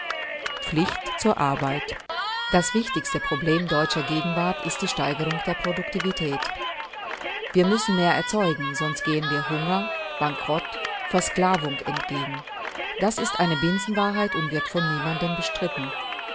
pflicht zur arbeit das wichtigste problem deutscher gegenwart ist die steigerung der produktivität wir müssen mehr erzeugen sonst gehen wir hunger bankrott versklavung entgegen das ist eine binsenwahrheit und wird von niemandem bestritten